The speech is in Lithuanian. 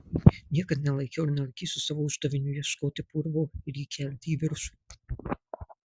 niekad nelaikiau ir nelaikysiu savo uždaviniu ieškoti purvo ir jį kelti į viršų